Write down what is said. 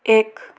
ଏକ